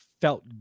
felt